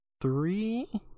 three